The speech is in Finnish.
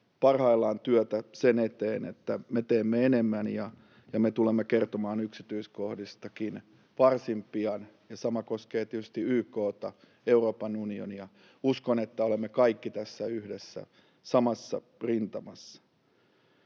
parhaillaan työtä sen eteen, että me teemme enemmän, ja me tulemme kertomaan yksityiskohdistakin varsin pian, ja sama koskee tietysti YK:ta, Euroopan unionia. Uskon, että olemme kaikki tässä yhdessä samassa rintamassa.